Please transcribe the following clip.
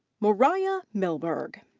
moriah millburg.